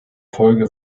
folge